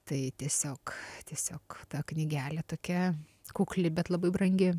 tai tiesiog tiesiog ta knygelė tokia kukli bet labai brangi